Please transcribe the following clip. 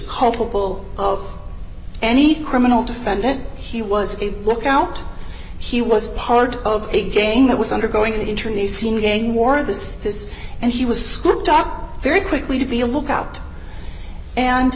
culpable of any criminal defendant he was a lookout he was part of a game that was undergoing an intern the scene again more of this this and he was scooped up very quickly to be a lookout